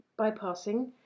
bypassing